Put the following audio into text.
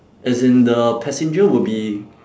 as in the passenger will be